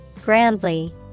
Grandly